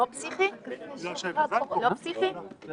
אנחנו משקיעים הרבה פקחים עם מגפונים כדי לטפל בענייני הצפיפות ועטית